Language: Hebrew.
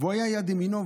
היה יד ימינו.